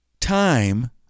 time